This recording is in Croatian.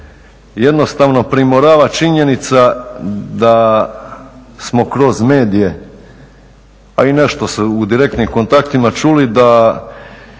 jednostavno primorava činjenica da smo kroz medije pa i nešto i u direktnim kontaktima čuli da